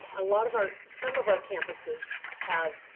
a lot of our, some of our campuses have